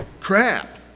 crap